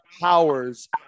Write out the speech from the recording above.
powers